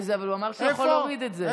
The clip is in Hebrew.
אבל הוא אמר שהוא יכול להוריד את זה.